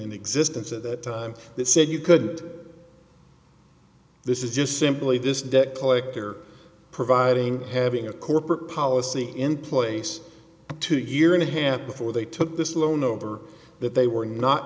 in existence at that time that said you could this is just simply this debt collector providing having a corporate policy in place two year and a half before they took this loan over that they were not